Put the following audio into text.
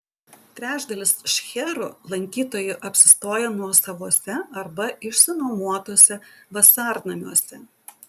trečdalis šcherų lankytojų apsistoja nuosavuose arba išsinuomotuose vasarnamiuose